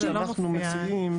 מה שאנחנו מציעים,